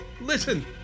Listen